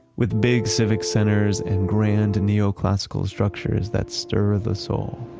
with big civic centers and grand neoclassical structures that stir the soul.